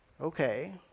Okay